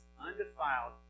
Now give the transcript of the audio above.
undefiled